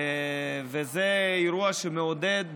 וזה אירוע שמעודד.